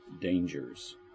dangers